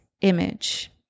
image